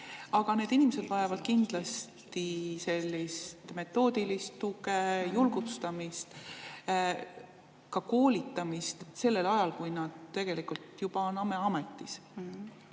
Aga need inimesed vajavad kindlasti sellist metoodilist tuge, julgustamist, ka koolitamist sellel ajal, kui nad tegelikult juba on oma ametis.